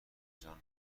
جان